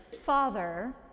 Father